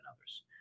others